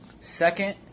Second